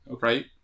right